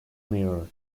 mirror